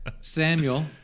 Samuel